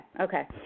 okay